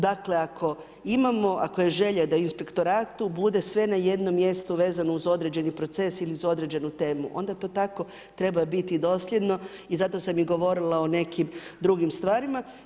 Dakle ako imamo, ako je želja da u Inspektoratu bude sve na jednom mjestu vezano uz određeni proces ili uz određenu temu onda to tako treba biti i dosljedno i zato sam i govorila o nekim drugim stvarima.